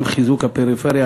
גם חיזוק הפריפריה,